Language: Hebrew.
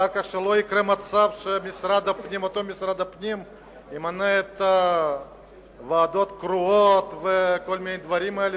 שלא יקרה מצב שמשרד הפנים ימנה ועדות קרואות וכל מיני דברים כאלה,